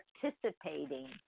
participating